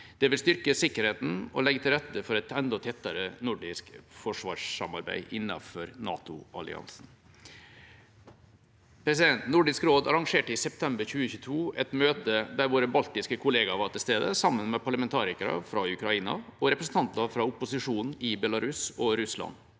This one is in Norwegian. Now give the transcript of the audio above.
Det vil styrke sikkerheten og legge til rette for et enda tettere nordisk forsvarssamarbeid innenfor NATO-alliansen. Nordisk råd arrangerte i september 2022 et møte der våre baltiske kolleger var til stede, sammen med parlamentarikere fra Ukraina og representanter fra opposisjonen i Belarus og Russland.